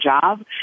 job